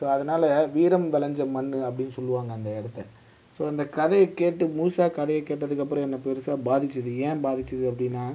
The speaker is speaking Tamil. ஸோ அதனால் வீரம் வெளைஞ்ச மண் அப்படின்னு சொல்வாங்க அந்த இடத்த ஸோ இந்தக் கதையை கேட்டு முழுசாக கதையை கேட்டதுக்கப்புறம் என்னை பெருசாக பாதித்தது ஏன் பாதித்தது அப்படின்னா